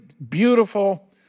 beautiful